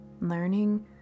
Learning